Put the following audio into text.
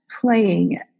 playing